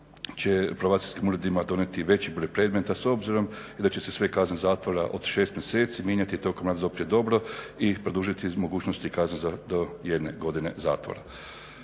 će probacijskim uredima donijeti veći broj predmeta s obzirom i da će se sve kazne zatvora od 6 mjeseci mijenjati .../Govornik se ne razumije./… rad za opće dobro i produžiti mogućnosti kazne do jedne godine zatvora.